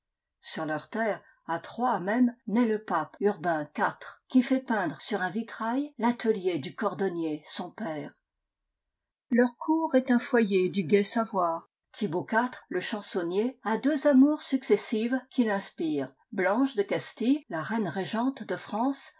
sur leurs terres à troyes même naît le pape urbain iv qui fait peindre sur un vitrail l'atelier du cordonnier son père leur cour est un foyer du gai savoir thibaut iv le chansonnier a deux amours successives qui l'inspirent blanche de castille la reine régente de france